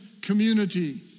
community